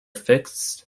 fixed